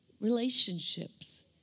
relationships